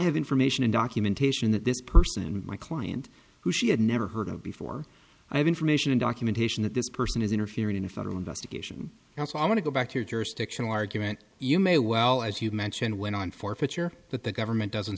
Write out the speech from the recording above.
have information and documentation that this person and my client who she had never heard of before i have information and documentation that this person is interfering in a federal investigation now so i want to go back to your jurisdiction argument you may well as you mentioned went on forfeiture but the government doesn't